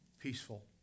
peaceful